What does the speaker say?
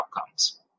outcomes